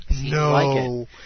No